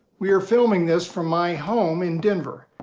we are filming this from my home in denver.